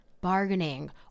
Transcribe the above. bargaining